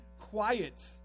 quiet